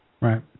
Right